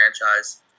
franchise